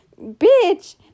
Bitch